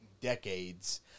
decades